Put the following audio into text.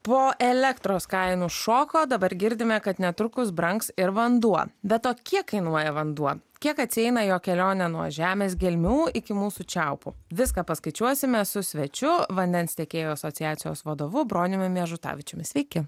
po elektros kainų šoko dabar girdime kad netrukus brangs ir vanduo be to kiek kainuoja vanduo kiek atsieina jo kelionė nuo žemės gelmių iki mūsų čiaupų viską paskaičiuosime su svečiu vandens tiekėjų asociacijos vadovu broniumi miežutavičiumi sveiki